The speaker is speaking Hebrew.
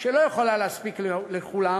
שלא יכולה להספיק לכולם,